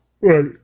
Right